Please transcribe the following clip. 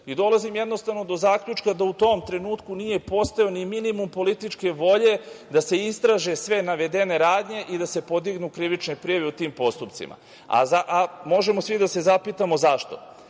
jednostavno do zaključka da u tom trenutku nije postojao ni minimum političke volje da se istraže sve navedene radnje i da se podignu krivične prijave u tim postupcima. Možemo svi da se zapitamo zašto?